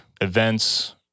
events